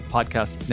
Podcast